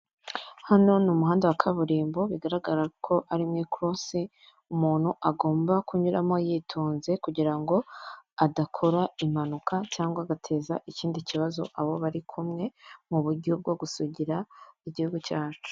Hano ni umuhanda wa kaburimbo, bigaragara ko ari mu ikorose, umuntu agomba kunyuramo yitonze kugira ngo adakora impanuka cyangwa agateza ikindi kibazo abo bari kumwe, mu buryo bwo gusugira igihugu cyacu.